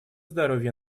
здоровье